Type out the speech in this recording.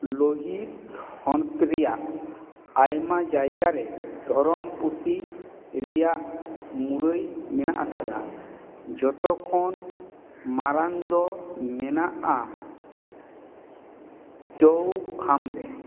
ᱞᱳᱦᱤᱛ ᱦᱚᱱᱚᱛ ᱨᱮᱭᱟᱜ ᱟᱭᱢᱟ ᱡᱟᱭᱜᱟ ᱨᱮ ᱫᱷᱚᱨᱚᱢ ᱯᱩᱛᱷᱤ ᱨᱮᱭᱟᱜ ᱢᱩᱨᱟᱹᱭ ᱢᱮᱱᱟᱜ ᱟᱠᱟᱫᱟ ᱡᱚᱛᱚ ᱠᱷᱚᱱ ᱢᱟᱨᱟᱝ ᱫᱚ ᱢᱮᱱᱟᱜᱼᱟ ᱪᱳᱣᱠᱷᱟᱢ ᱨᱮ